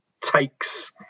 takes